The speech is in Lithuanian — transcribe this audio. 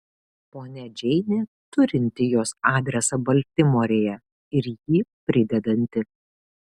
ponia džeinė turinti jos adresą baltimorėje ir jį pridedanti